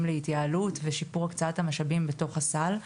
להתייעלות ושיפור הקצאת המשאבים בתוך הסל.